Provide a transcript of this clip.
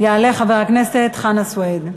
יעלה חבר הכנסת חנא סוייד.